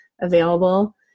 available